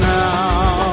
now